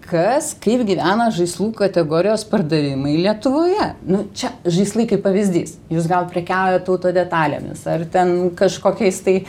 kas kaip gyvena žaislų kategorijos pardavimai lietuvoje nu čia žaislai kaip pavyzdys jūs gal prekiaujat auto detalėmis ar ten kažkokiais tai